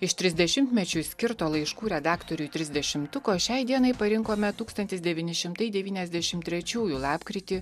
iš trisdešimtmečiui skirto laiškų redaktoriui trisdešimtuko šiai dienai parinkome tūkstantis devyni šimtai devyniasdešim trečiųjų lapkritį